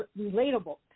relatable